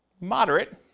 Moderate